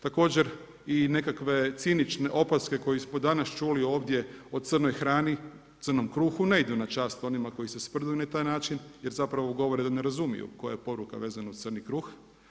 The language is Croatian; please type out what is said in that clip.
Također i nekakve cinične opaske koje smo danas čuli ovdje o crnoj hrani, crnom kruhu ne idu na čast onima koji se sprdaju na taj način jer zapravo govore da ne razumiju koja je poruka vezana uz crni kruh.